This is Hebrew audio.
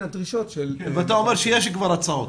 הדרישות ש --- ואתה אומר שיש כבר הצעות?